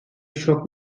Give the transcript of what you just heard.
şok